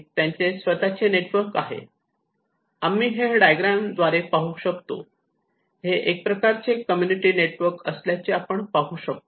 हे आम्ही या डायग्राम द्वारे पाहू शकतो हे एक प्रकारचे कम्युनिटी नेटवर्क असल्याचे आपण पाहू शकतो